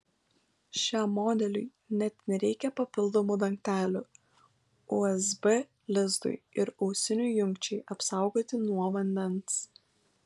šiam modeliui net nereikia papildomų dangtelių usb lizdui ir ausinių jungčiai apsaugoti nuo vandens